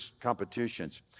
competitions